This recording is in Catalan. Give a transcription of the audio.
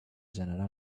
generar